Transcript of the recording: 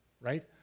Right